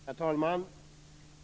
Herr talman!